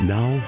Now